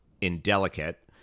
indelicate